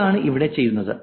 അതാണ് ഇവിടെ ചെയ്യുന്നത്